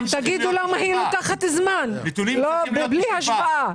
תגידו למה היא לוקחת זמן, לא, בלי השוואה.